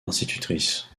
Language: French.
institutrice